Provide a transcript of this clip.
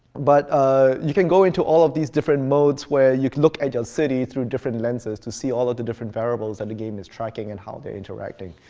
but ah you can go into all of these different modes where you can look at your city through different lenses to see all of the different variables that the game is tracking and how they're interacting.